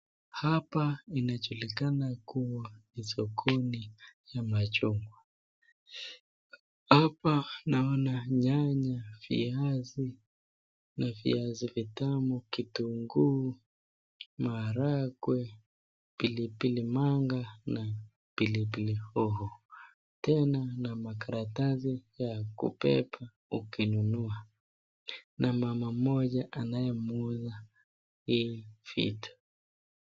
Hapa inajulikana kuwa ni sokoni ya machungwa. Hapa naona nyanya, viazi na viazi vitamu, kitunguu, maharagwe, pilipili manga na pilipili hoho tena na makaratasi ya kubeba ukinunua na mama mmoja anayeuza hii vitu.